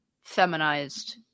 feminized